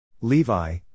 Levi